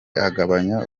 agabanya